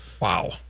Wow